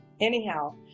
Anyhow